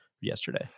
yesterday